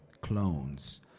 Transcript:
clones